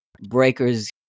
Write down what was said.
breakers